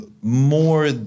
More